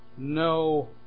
no